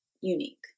unique